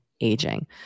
aging